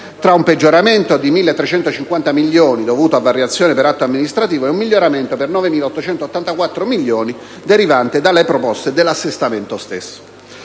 tra un peggioramento di 1.350 milioni, dovuto a variazioni per atto amministrativo, e un miglioramento per 9.884 milioni derivante dalle proposte dell'assestamento stesso.